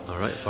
all right,